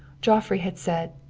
joifre had said,